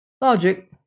Logic